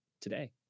today